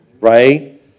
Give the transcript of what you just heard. right